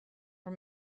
for